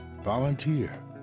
volunteer